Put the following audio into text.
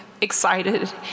excited